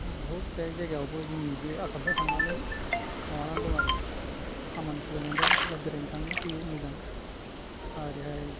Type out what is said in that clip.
दा बहुद बे जायगायावबो जोंनि बे आसामनिफ्राय थांनानै माबाना दं आरो खामानि सालायना दं सोरबा बेरायनो थाङो फैयो मोजां आरो बेवहाय